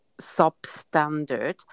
substandard